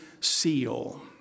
seal